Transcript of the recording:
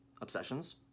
obsessions